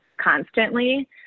constantly